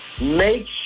Make